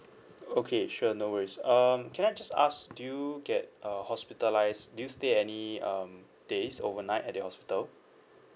okay sure no worries um can I just ask do you get uh hospitalised did you stay any um days overnight at the hospital